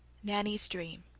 nanny's dream